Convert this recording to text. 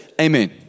Amen